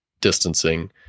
distancing